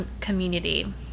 community